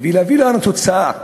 ולהביא לנו תוצאה,